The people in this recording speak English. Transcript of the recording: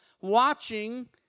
Watching